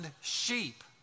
sheep